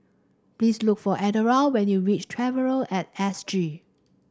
please look for Eldora when you reach Traveller at S G